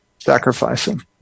Sacrificing